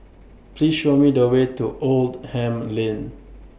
Please Show Me The Way to Oldham Lane